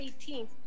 18th